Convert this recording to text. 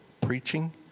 preaching